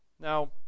Now